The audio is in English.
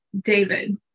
David